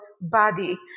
body